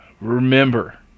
remember